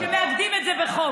כל הכבוד שמעגנים את זה בחוק.